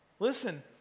Listen